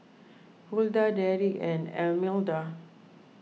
Hulda Derrick and Almeda